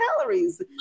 calories